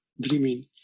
dreaming